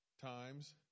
times